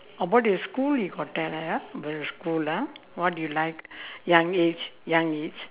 about your school you got tell ah the school ah what do you like young age young age